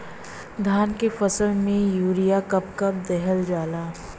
धान के फसल में यूरिया कब कब दहल जाला?